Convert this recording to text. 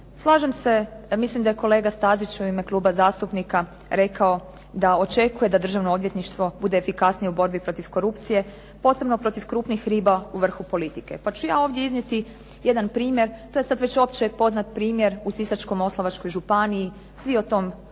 Slažem se, ja mislim da je kolega Stazić u ime kluba zastupnika rekao da očekuje da Državno odvjetništvo bude efikasnije u borbi protiv korupcije posebno protiv krupnih riba u vrhu politike, pa ću ja ovdje iznijeti jedan primjer. To je sad već opće poznat primjer u Sisačko-moslavačkoj županiji, svi o tom pišu,